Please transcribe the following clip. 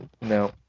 No